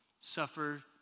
suffer